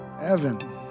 Evan